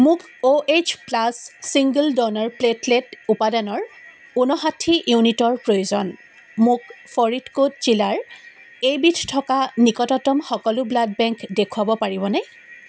মোক O H plus single donor platelet উপাদানৰ উন্নষাঠি ইউনিটৰ প্ৰয়োজন মোক ফৰিদকোট জিলাৰ এইবিধ থকা নিকটতম সকলো ব্লাড বেংক দেখুৱাব পাৰিবনে